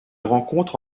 rencontre